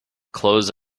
close